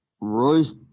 Royce